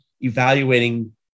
evaluating